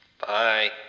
Bye